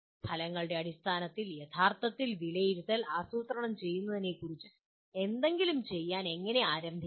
ഫലങ്ങളുടെ അടിസ്ഥാനത്തിൽ യഥാർത്ഥത്തിൽ വിലയിരുത്തൽ ആസൂത്രണം ചെയ്യുന്നതിനെക്കുറിച്ച് എന്തെങ്കിലും ചെയ്യാൻ എങ്ങനെ ആരംഭിക്കാം